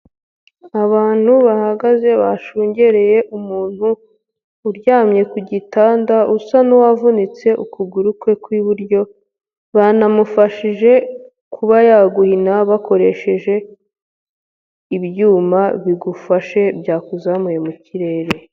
Abantu bahagaze bashungereye umuntu uryamye ku gitanda usa n'uwavunitse ukuguru kwe kw'iburyo, banamufashije kuba yaguhina bakoresheje ibyuma bigufashe byakuzamuye mu kirere.